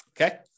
Okay